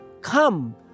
come